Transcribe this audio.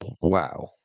Wow